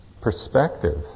perspective